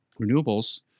Renewables